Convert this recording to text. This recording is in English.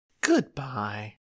Goodbye